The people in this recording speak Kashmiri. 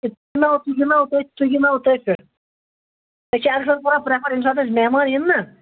تُہۍ گِندناوو تُہۍ گِندناوو تُہۍ گِندناوو تٔتھۍ پیٹھ أسۍ چھِ اَکثَر کران پرٛیٚفَر اگر ییٚمہِ ساتہٕ اَسہِ مہمان یِن نہ